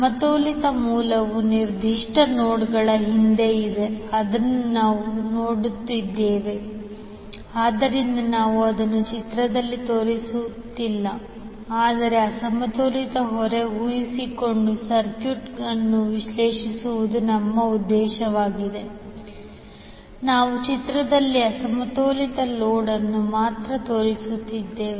ಸಮತೋಲಿತ ಮೂಲವು ನಿರ್ದಿಷ್ಟ ನೋಡ್ಗಳ ಹಿಂದೆ ಇದೆ ಅದನ್ನು ನಾವು ನೋಡುತ್ತಿದ್ದೇವೆ ಆದ್ದರಿಂದ ನಾವು ಅದನ್ನು ಚಿತ್ರದಲ್ಲಿ ತೋರಿಸುತ್ತಿಲ್ಲ ಆದರೆ ಅಸಮತೋಲಿತ ಹೊರೆ ಊಹಿಸಿಕೊಂಡು ಸರ್ಕ್ಯೂಟ್ ಅನ್ನು ವಿಶ್ಲೇಷಿಸುವುದು ನಮ್ಮ ಉದ್ದೇಶವಾಗಿದೆ ನಾವು ಚಿತ್ರದಲ್ಲಿ ಅಸಮತೋಲಿತ ಲೋಡ್ ಅನ್ನು ಮಾತ್ರ ತೋರಿಸುತ್ತಿದ್ದೇವೆ